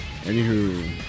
Anywho